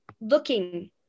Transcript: looking